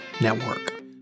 Network